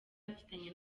afitanye